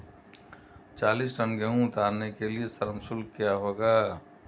चालीस टन गेहूँ उतारने के लिए श्रम शुल्क क्या होगा?